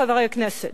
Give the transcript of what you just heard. חלק ממדינת